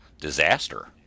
disaster